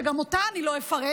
שגם אותה אני לא אפרט,